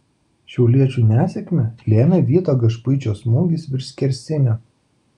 šiauliečių nesėkmę lėmė vyto gašpuičio smūgis virš skersinio